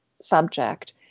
subject